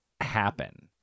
happen